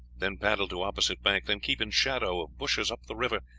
then paddle to opposite bank, then keep in shadow of bushes up the river,